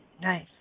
Nice